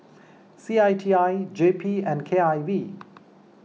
C I T I J P and K I V